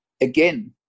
Again